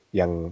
yang